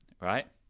right